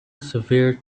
severe